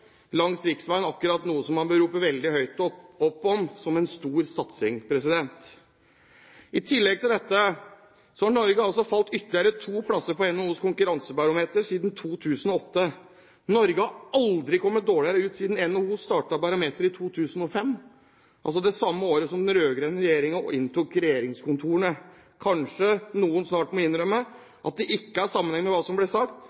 langs riksveiene akkurat noe som man bør rope veldig høyt om som en stor satsing. I tillegg til dette har Norge falt ytterligere to plasser på NHOs konkurransebarometer siden 2008. Norge har aldri kommet dårligere ut siden NHO startet barometeret i 2005 – det samme året som den rød-grønne regjeringen inntok regjeringskontorene. Kanskje noen snart må innrømme at det ikke er sammenheng mellom det som blir sagt,